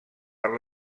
per